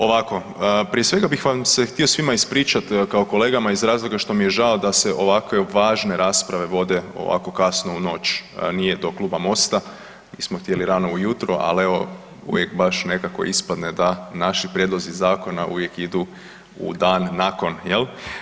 Ovako, prije svega bih vam se htio svima ispričati kao kolegama iz razloga što mi je žao da se ovakve važne rasprave vode ovako kasno u noć, nije do kluba Mosta, mi smo htjeli rano ujutro, ali uvijek baš nekako ispadne da naši prijedlozi zakona uvijek idu u dan nakon, jel.